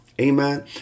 Amen